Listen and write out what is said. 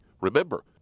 Remember